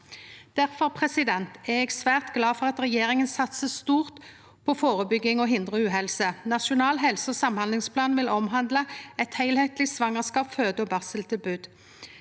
Difor er eg svært glad for at regjeringa satsar stort på førebygging og å hindre uhelse. Nasjonal helse- og samhandlingsplan vil omhandle eit heilskapleg svangerskaps-, føde- og barseltilbod.